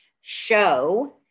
show